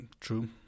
true